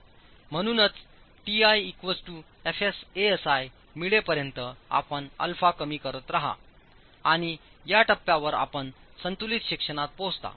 म्हणूनच मिळे पर्यंत आपण α कमी करत रहाआणि या टप्प्यावर आपण संतुलित सेक्शनात पोहचता